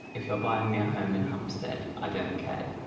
if you're buying me a home in hampstead i don't care.